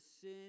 sin